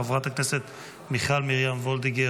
חברת הכנסת מיכל מרים וולדיגר,